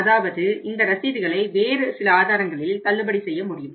அதாவது இந்த ரசீதுகளை வேறு சில ஆதாரங்களில் தள்ளுபடி செய்ய முடியும்